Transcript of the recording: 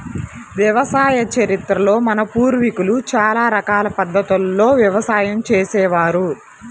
వ్యవసాయ చరిత్రలో మన పూర్వీకులు చాలా రకాల పద్ధతుల్లో వ్యవసాయం చేసే వారు